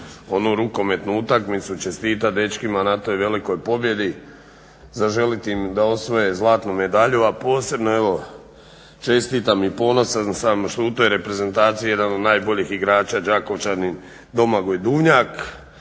onu rukometnu utakmicu, čestitam dečkima na toj velikoj pobjedi, zaželjeti im da osvoje zlatnu medalju, a posebno evo čestitam i ponosan sam što u toj reprezentaciji jedan od najboljih igrača je Đakovčanin Domagoj Duvnjak,